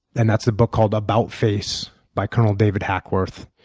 and that's a book called about face, by colonel david hackworth.